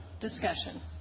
discussion